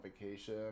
vacation